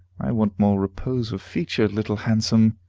i want more repose of feature, little handsome.